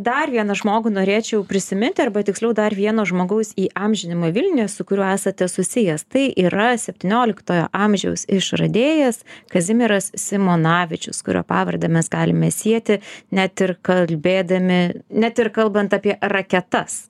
dar vieną žmogų norėčiau prisiminti arba tiksliau dar vieno žmogaus įamžinimą vilniuje su kuriuo esate susijęs tai yra septynioliktojo amžiaus išradėjas kazimieras simonavičius kurio pavardę mes galime sieti net ir kalbėdami net ir kalbant apie raketas